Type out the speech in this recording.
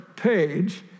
page